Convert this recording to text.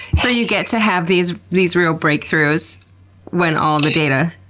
so you get to have these these real breakthroughs when all the data